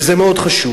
וזה מאוד חשוב,